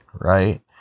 right